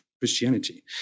christianity